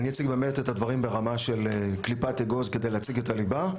אני אציג את הדברים באמת ברמה של קליפת האגוז כדי להציג את הליבה,